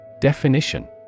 Definition